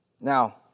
Now